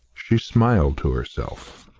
she smiled to herself.